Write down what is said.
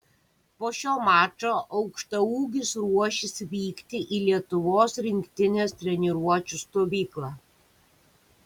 po šio mačo aukštaūgis ruošis vykti į lietuvos rinktinės treniruočių stovyklą